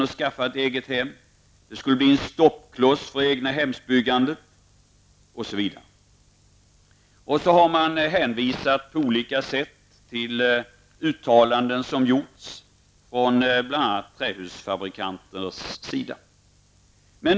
Det föreslagna systemet skulle bli en stoppkloss för egnahemsbyggandet osv. Dessutom har man hänvisat på olika sätt till uttalanden som gjorts av bl.a. trähusfabrikanter.